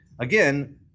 again